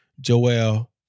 Joel